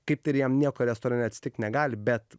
kaip ir jam nieko restorane atsitikt negali bet